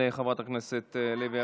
רגע,